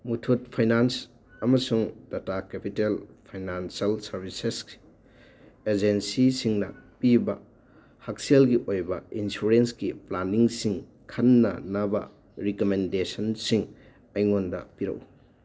ꯃꯨꯊꯨꯠ finance ꯑꯃꯁꯨꯡ Tata capital financial services agency ꯁꯤꯡꯅ ꯄꯤꯕ ꯍꯛꯁꯦꯜꯒꯤ ꯑꯣꯏꯕ ꯏꯟꯁꯨꯔꯦꯟꯁꯀꯤ ꯄ꯭ꯂꯥꯟꯅꯤꯡꯁꯤꯡ ꯈꯟꯅꯅꯕ ꯔꯤꯀꯃꯦꯟꯗꯦꯁꯟꯁꯤꯡ ꯑꯩꯉꯣꯟꯗ ꯄꯤꯔꯛ ꯎ